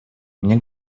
мне